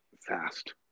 fast